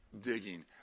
digging